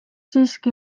siiski